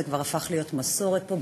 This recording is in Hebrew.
זה כבר הפך להיות מסורת פה,